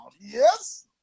yes